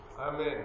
Amen